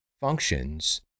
functions